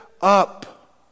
up